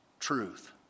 Truth